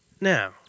Now